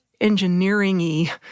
engineering-y